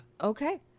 Okay